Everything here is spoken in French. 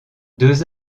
deux